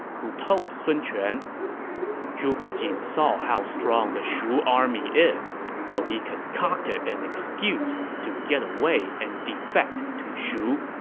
who told sun quan zhuge jin saw how strong the shu army is, so he concocted an excuse to get away and defect to shu.